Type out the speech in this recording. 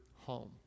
home